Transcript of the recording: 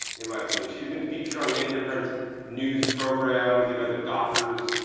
in my opinion. she's been featured on many different news programs, you know, the doctors,